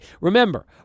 Remember